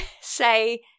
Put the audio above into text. say